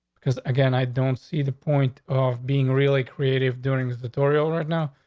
because again, i don't see the point of being really creative during the editorial right now,